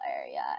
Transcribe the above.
area